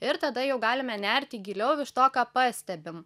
ir tada jau galime nerti giliau iš to ką pastebim